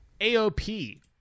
AOP